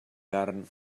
carn